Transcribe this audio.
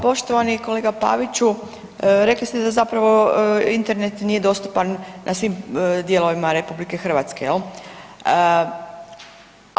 Poštovani kolega Paviću, rekli ste da zapravo Internet nije dostupan na svim dijelovima RH, jel.